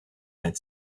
had